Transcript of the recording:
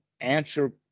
answer